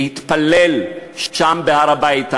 להתפלל שם, בהר-הבית.